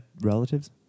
relatives